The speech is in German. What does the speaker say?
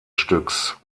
stücks